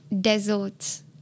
deserts